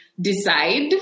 decide